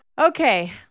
Okay